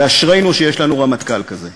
ואשרינו שיש לנו רמטכ"ל כזה.